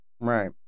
right